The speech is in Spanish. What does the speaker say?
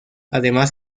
además